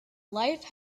life